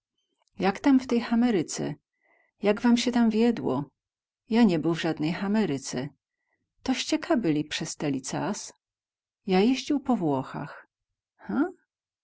jak tam w tej hameryce jak wam sie tam wiedło ja nie był w zadnej hameryce to ście ka byli bez teli cas ja jeździł po włochach